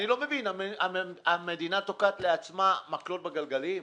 אני לא מבין, המדינה תוקעת לעצמה מקלות בגלגלים?